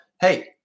hey